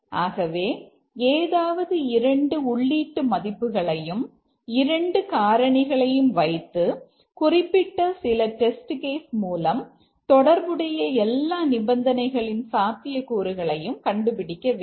ஆகவே ஏதாவது 2 உள்ளீட்டு மதிப்புகளையும் 2 காரணிகளையும் வைத்து குறிப்பிட்ட சில டெஸ்ட் கேஸ் மூலம் தொடர்புடைய எல்லா நிபந்தனைகளின் சாத்தியக்கூறுகளையும் கண்டுபிடிக்க வேண்டும்